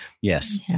Yes